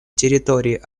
территории